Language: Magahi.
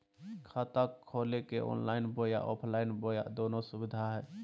खाता खोले के ऑनलाइन बोया ऑफलाइन बोया दोनो सुविधा है?